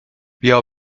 بیا